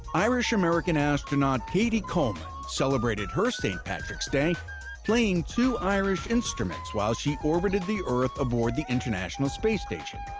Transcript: irish-american astronaut cady coleman celebrated her st. patrick's day playing two irish instruments while she orbited the earth aboard the international space station.